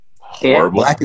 Horrible